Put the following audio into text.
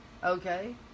Okay